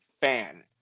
fan